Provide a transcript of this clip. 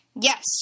Yes